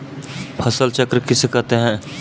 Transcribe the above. फसल चक्र किसे कहते हैं?